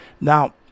now